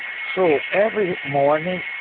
so, every morning,